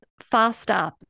faster